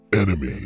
Enemy